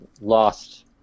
lost